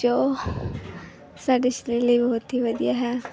ਜੋ ਸਾਡੇ ਸਰੀਰ ਲਈ ਬਹੁਤ ਹੀ ਵਧੀਆ ਹੈ